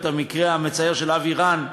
זוכר, את המקרה המצער של אבי רן ז"ל,